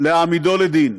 להעמידו לדין.